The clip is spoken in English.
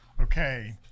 Okay